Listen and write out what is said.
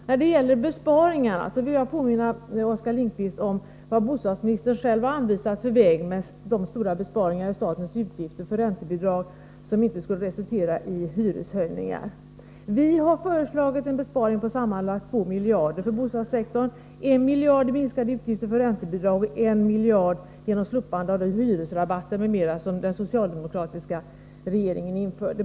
När det gäller besparingarna vill jag påminna Oskar Lindkvist om den väg som bostadsministern själv har anvisat, med de stora besparingar i statens utgifter för räntebidrag som inte skulle resultera i hyreshöjningar. Vi har föreslagit en besparing på sammanlagt 2 miljarder för bostadssektorn, 1 miljard i minskade utgifter för räntebidrag och 1 miljard genom slopande av de hyresrabatter m.m. som den socialdemokratiska regeringen införde.